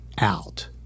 out